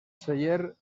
celler